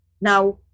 Now